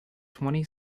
twenty